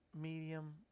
Medium